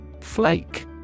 Flake